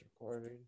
recording